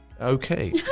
Okay